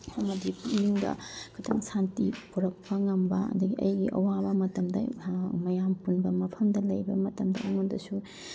ꯑꯃꯗꯤ ꯄꯨꯛꯅꯤꯡꯗ ꯈꯨꯗꯝ ꯁꯥꯟꯇꯤ ꯄꯨꯔꯛꯄ ꯉꯝꯕ ꯑꯗꯒꯤ ꯑꯩꯒꯤ ꯑꯋꯥꯕ ꯃꯇꯝꯗ ꯃꯌꯥꯝ ꯄꯨꯟꯕ ꯃꯐꯝꯗ ꯂꯩꯕ ꯃꯇꯝꯗ ꯑꯩꯉꯣꯟꯗꯁꯨ